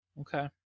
okay